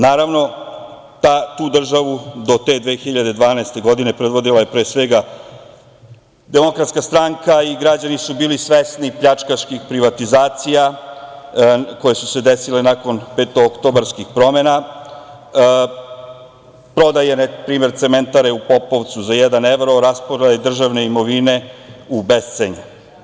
Naravno, tu državu, do te 2012. godine predvodila je pre svega Demokratska stranka i građani su bili svesni pljačkaških privatizacija koje su se desile nakon Petooktobarskih promena, prodaje cementare u Popovcu za jedan evro, rasprodaje državne imovine u bescenje.